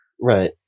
Right